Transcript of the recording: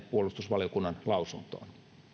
puolustusvaliokunnan lausuntoon